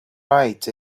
light